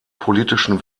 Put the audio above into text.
politischen